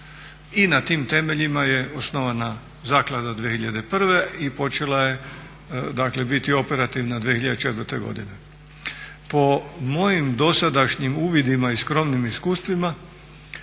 I na tim temeljima je osnovana zaklada 2001.i počela je biti operativna 2004.godine. Po mojim dosadašnjim uvidima i skromnim iskustvima